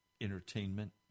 entertainment